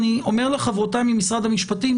ואני אומר לחברותיי ממשרד המשפטים,